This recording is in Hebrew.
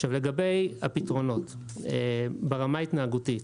לגבי הפתרונות ברמה ההתנהגותית.